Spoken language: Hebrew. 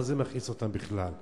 מה זה מכעיס אותם בכלל?